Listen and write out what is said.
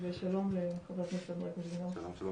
אני חושבת